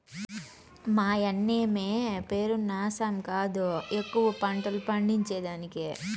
మాయన్నమే పేరున్న ఆసామి కాదు ఎక్కువ పంటలు పండించేదానికి